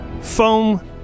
foam